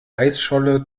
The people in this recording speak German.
eisscholle